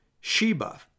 Sheba